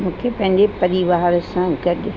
मूंखे पंहिंजे परिवार सां गॾु